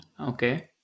okay